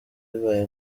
bibaye